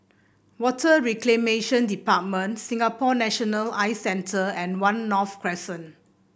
Water Reclamation Department Singapore National Eye Centre and One North Crescent